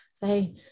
say